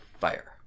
fire